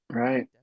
right